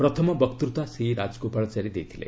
ପ୍ରଥମ ବକ୍ତୂତା ସି ରାଜ ଗୋପାଳଚାରୀ ଦେଇଥିଲେ